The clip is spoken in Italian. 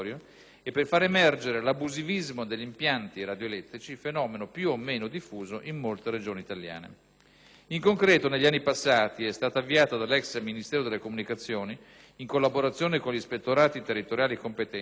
e per far emergere l'abusivismo degli impianti radioelettrici, fenomeno più o meno diffuso in molte Regioni italiane. In concreto, negli anni passati, è stata avviata dall'ex Ministero delle comunicazioni (oggi dello sviluppo economico), in collaborazione con gli Ispettorati territoriali competenti,